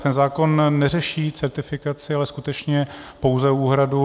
Ten zákon neřeší certifikaci, ale skutečně pouze úhradu.